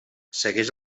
segueix